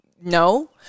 no